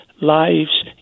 lives